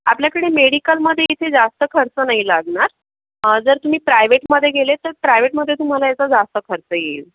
आपल्याकडे मेडिकलमध्ये इथे जास्त खर्च नाही लागणार जर तुम्ही प्रायवेटमध्ये गेले तर प्रायवेटमध्ये तुम्हाला याचा जास्त खर्च येईल